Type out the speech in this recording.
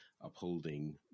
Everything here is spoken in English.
upholding